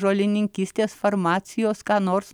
žolininkystės farmacijos ką nors